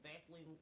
vaseline